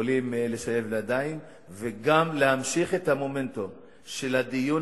יכולים לשלב ידיים וגם להמשיך את המומנטום של הדיון